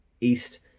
east